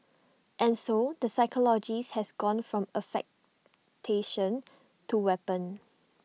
and so the psychologist has gone from affectation to weapon